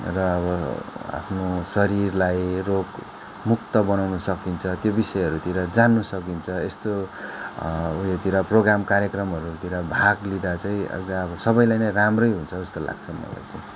र अब आफ्नो शरीरलाई रोग मुक्त बनाउन सकिन्छ त्यो विषयहरूतिर जान्न सकिन्छ यस्तो ऊ योतिर प्रोग्राम कार्यक्रमहरूतिर भाग लिँदा चाहिँ अहिले त अब सबैलाई नै राम्रो हुन्छ जस्तो लाग्छ मलाई चाहिँ